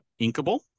Inkable